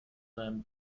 deinem